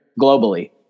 globally